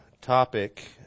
topic